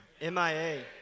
MIA